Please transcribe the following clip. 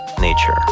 Nature